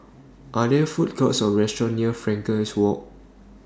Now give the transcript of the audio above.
Are There Food Courts Or restaurants near Frankel Walk